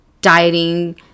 dieting